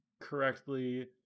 correctly